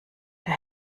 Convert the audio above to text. der